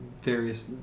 various